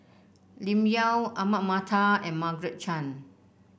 Lim Yau Ahmad Mattar and Margaret Chan